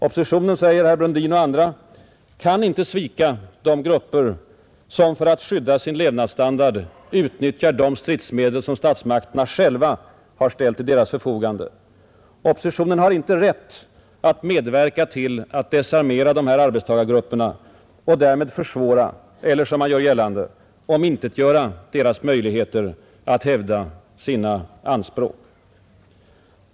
Oppositionen, säger herr Brundin och andra, kan inte svika de grupper som för att skydda sin levnadsstandard utnyttjar de stridsmedel som statsmakterna själva har ställt till deras förfogande, Oppositionen har inte rätt att medverka till att desarmera dessa arbetstagargrupper och därmed försvåra eller, som man gör gällande, omintetgöra deras möjligheter att hävda sina anspråk.